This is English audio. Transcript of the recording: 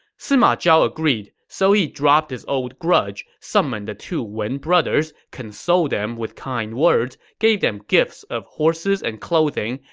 sima zhao agreed, so he dropped his old grudge, summoned the two wen brothers, consoled them with kind words, gave them gifts of horses and clothing,